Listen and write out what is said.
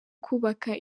kubaka